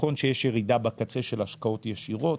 נכון שיש ירידה בקצה של השקעות ישירות,